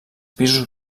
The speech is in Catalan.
pisos